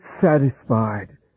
satisfied